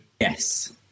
Yes